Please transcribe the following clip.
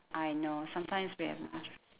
I know sometimes we have no choice